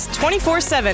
24-7